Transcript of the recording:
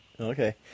Okay